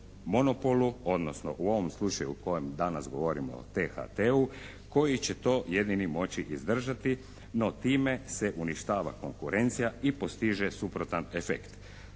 odnosno u ovom slučaju o kojem danas govorimo THT-u koji će to jedini moći izdržati no time se uništava konkurencija i postiže suprotan efekt.